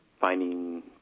finding